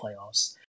playoffs